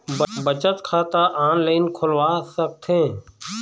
बचत खाता ऑनलाइन खोलवा सकथें?